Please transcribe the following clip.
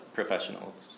professionals